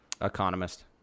Economist